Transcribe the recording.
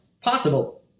possible